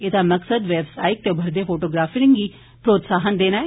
एहदा मकसद व्यवसायिक ते उमरदे फोटोग्राफरें गी प्रोत्साहन देना ऐ